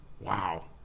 Wow